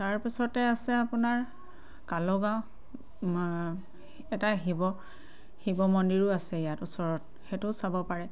তাৰপিছতে আছে আপোনাৰ কালুগাঁও এটা শিৱ শিৱ মন্দিৰো আছে ইয়াত ওচৰত সেইটোও চাব পাৰে